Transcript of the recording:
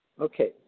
Okay